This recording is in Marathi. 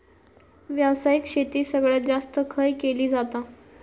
व्यावसायिक शेती सगळ्यात जास्त खय केली जाता?